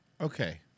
Okay